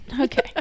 Okay